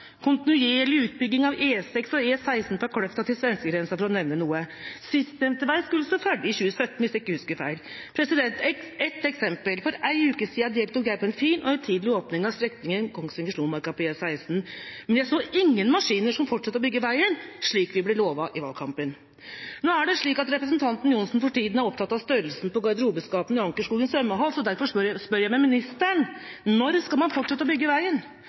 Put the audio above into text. kontinuerlig utbygging av E6 og E16 fra Kløfta til svenskegrensa – for å nevne noe. Sistnevnte vei skulle stå ferdig i 2017, hvis jeg ikke husker feil. Et eksempel: For en uke siden deltok jeg på en fin og høytidelig åpning av strekningen Kongsvinger–Slomarka på E16, men jeg så ingen maskiner som fortsatte å bygge veien, slik vi ble lovet i valgkampen. Nå er det slik at representanten Tor André Johnsen for tida er opptatt av størrelsen på garderobeskapene i Ankerskogen svømmehall. Derfor spør jeg ministeren: Når skal man fortsette å bygge veien?